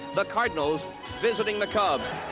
the cardinals visiting the cubs.